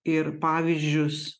ir pavyzdžius